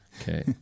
okay